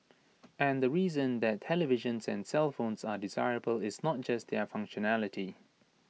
and the reason that televisions and cellphones are desirable is not just their functionality